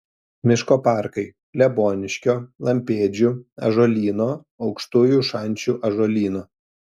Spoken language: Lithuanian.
miško parkai kleboniškio lampėdžių ąžuolyno aukštųjų šančių ąžuolyno